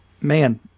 Man